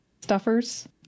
stuffers